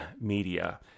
media